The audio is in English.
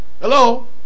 Hello